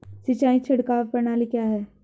सिंचाई छिड़काव प्रणाली क्या है?